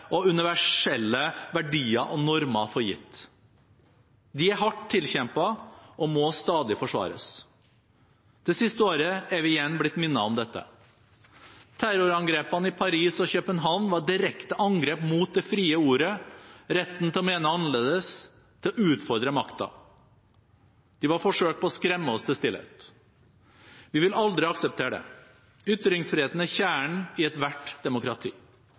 og universelle verdier og normer for gitt. De er hardt tilkjempet og må stadig forsvares. Det siste året er vi igjen blitt minnet om dette. Terrorangrepene i Paris og København var direkte angrep mot det frie ordet, retten til å mene annerledes, til å utfordre makten. De var forsøk på å skremme oss til stillhet. Vi vil aldri akseptere det. Ytringsfriheten er kjernen i ethvert demokrati.